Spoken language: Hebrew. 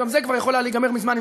גם זה כבר היה יכול להיגמר מזמן אם